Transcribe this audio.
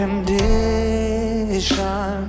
Condition